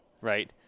Right